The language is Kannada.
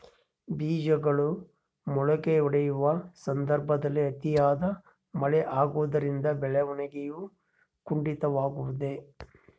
ಬೇಜಗಳು ಮೊಳಕೆಯೊಡೆಯುವ ಸಂದರ್ಭದಲ್ಲಿ ಅತಿಯಾದ ಮಳೆ ಆಗುವುದರಿಂದ ಬೆಳವಣಿಗೆಯು ಕುಂಠಿತವಾಗುವುದೆ?